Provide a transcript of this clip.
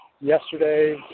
yesterday